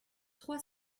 trois